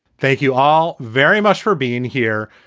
thank you all very much for being here.